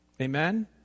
Amen